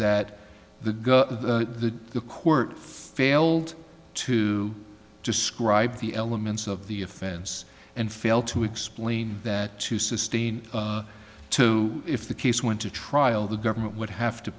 that the go to the court failed to describe the elements of the offense and fail to explain that to sustain too if the case went to trial the government would have to